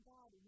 God